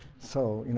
so